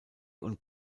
und